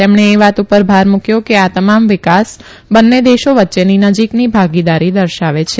તેમણે એ વાત ઉપર ભાર મુકથો કે આ તમામ વિકાસ બંને દેશો વચ્ચેની નજીકની ભાગીદારી દર્શાવે છે